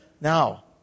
Now